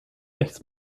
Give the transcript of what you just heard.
rechts